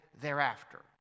thereafter